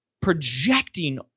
projecting